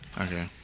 Okay